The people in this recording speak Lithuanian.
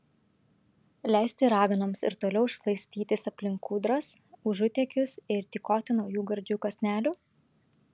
leisti raganoms ir toliau šlaistytis aplink kūdras užutėkius ir tykoti naujų gardžių kąsnelių